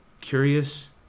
curious